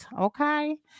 okay